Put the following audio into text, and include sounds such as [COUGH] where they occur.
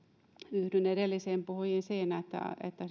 yhdyn edellisiin puhujiin siinä että [UNINTELLIGIBLE]